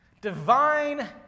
divine